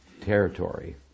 territory